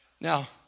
Now